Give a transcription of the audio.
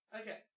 Okay